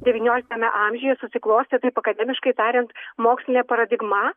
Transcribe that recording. devynioliktame amžiuje susiklostė taip akademiškai tariant mokslinė paradigma